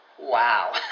Wow